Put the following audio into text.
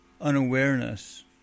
unawareness